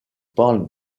parle